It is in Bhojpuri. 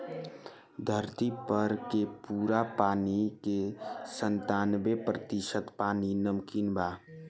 धरती पर के पूरा पानी के सत्तानबे प्रतिशत पानी नमकीन बा